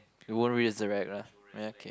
it won't raise the rag lah ah ya K